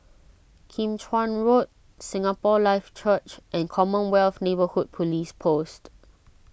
Kim Chuan Road Singapore Life Church and Commonwealth Neighbourhood Police Post